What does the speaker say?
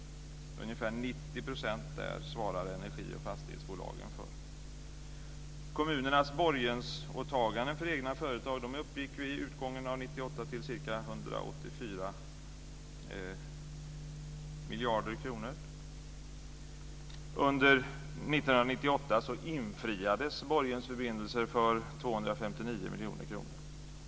Ungefär 90 % svarar av detta svarar energi och fastighetsbolagen för. Kommunernas borgensåtaganden för egna företag uppgick vid utgången av 1998 till ca 184 miljarder kronor. Under 1998 infriades borgensförbindelser för 259 miljoner kronor.